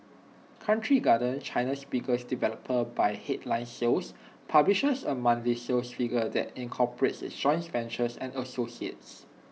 country garden China's biggest developer by headline sales publishes A monthly sales figure that incorporates its joint ventures and associates